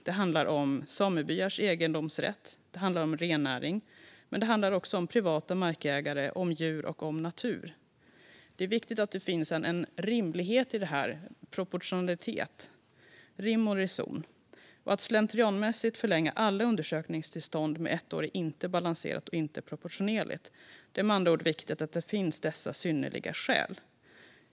Det handlar om samebyars egendomsrätt och rennäring liksom om privata markägare och djur och natur. Det är viktigt att det finns en rimlighet och proportionalitet i detta - rim och reson. Att slentrianmässigt förlänga alla undersökningstillstånd med ett år är inte balanserat eller proportionerligt. Det är med andra ord viktigt att det finns synnerliga skäl.